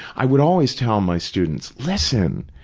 i would always tell my students, listen,